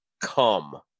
come